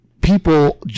people